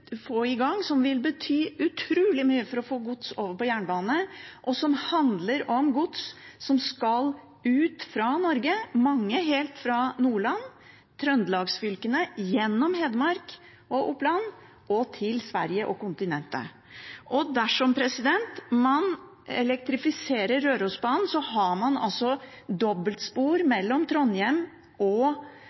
bety utrolig mye for å få gods over på jernbane, og som handler om gods som skal ut av Norge, mye skal helt fra Nordland og Trøndelag-fylkene, gjennom Hedmark og Oppland og til Sverige og kontinentet. Dersom man elektrifiserer Rørosbanen, vil man ha dobbeltspor fra Trondheim